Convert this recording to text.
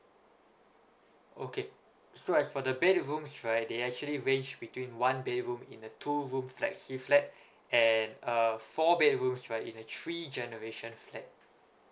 okay so as for the bedrooms right they actually range between one bedroom in a two room flexi flat and uh four bedrooms right in a three generation flat